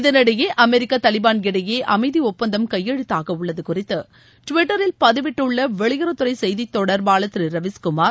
இதனிடையே America Taliban இடையே அமைதி ஒப்பந்தம் கையெழுத்தாக உள்ளது குறித்து டுவிட்டரில் பதிவிட்டுள்ள வெளியுறவுத்துறை செய்தித் தொடர்பாளர் திரு ரவிஷ்குமார்